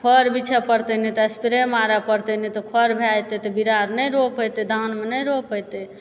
खर बिछय पड़तै नहि तऽ स्प्रे मारऽ पड़तै नहि तऽ खर भै जेतय तऽ बीरार नहि रोप हेतय धान नहि रोप हेतय